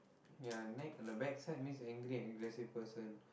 ya neck on the backside means angry and aggressive person